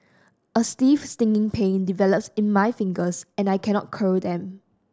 a stiff stinging pain develops in my fingers and I cannot curl them